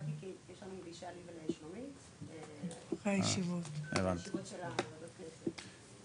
באתי כי לי ולשלומית יש פגישה אחרי ישיבות ועדות הכנסת.